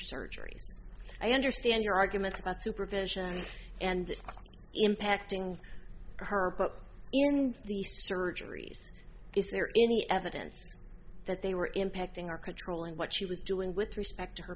surgeries i understand your arguments about supervision and impacting her but in the surgeries is there any evidence that they were impacting or controlling what she was doing with respect